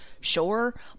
sure